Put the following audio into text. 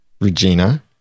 regina